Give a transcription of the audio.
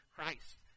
Christ